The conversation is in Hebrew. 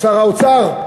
שר האוצר,